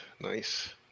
nice